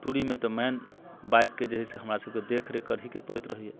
टूरमे तऽ मने बाइकके जे हइ से हमरासबके देखरेख करैएके पड़ैत रहैए